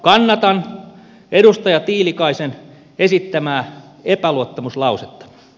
kannatan edustaja tiilikaisen esittämää epäluottamuslausetta